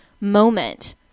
moment